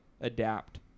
adapt